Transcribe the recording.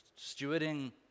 stewarding